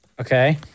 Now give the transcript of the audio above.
Okay